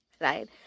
right